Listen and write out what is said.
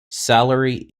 salary